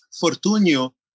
Fortunio